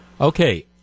okay